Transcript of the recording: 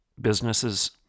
businesses